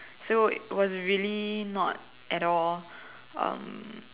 so it was really not at all um